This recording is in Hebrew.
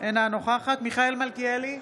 אינה נוכחת מיכאל מלכיאלי,